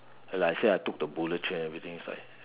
like I say I took the bullet train and everything is like